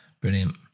Brilliant